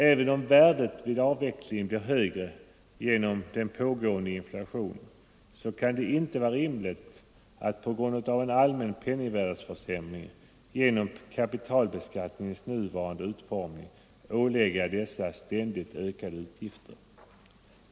Även om värdet vid avvecklingen blir högre genom inflationen, så kan det inte vara rimligt att på grund av en allmän penningvärdeförsämring, genom kapitalbeskattningens nuvarande utformning, ålägga dessa ständigt ökade utgifter.